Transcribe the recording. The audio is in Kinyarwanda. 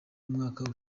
umwaka